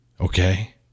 Okay